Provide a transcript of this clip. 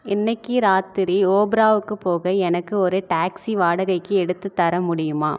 இன்னைக்கு ராத்திரி ஓபராவுக்கு போக எனக்கு ஒரு டாக்ஸி வாடகைக்கு எடுத்து தர முடியுமா